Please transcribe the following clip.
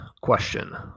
question